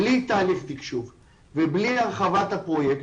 בלי תהליך תקשוב ובלי הרחבת הפרויקט,